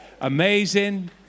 Amazing